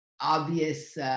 obvious